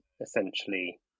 essentially